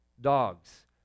dogs